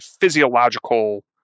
physiological